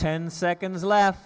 ten seconds left